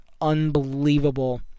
unbelievable